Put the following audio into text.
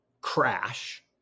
crash